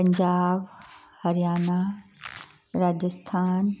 Punjab Haryana Rajasthan